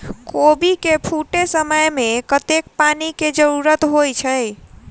कोबी केँ फूटे समय मे कतेक पानि केँ जरूरत होइ छै?